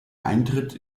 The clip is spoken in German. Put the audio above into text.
eintritt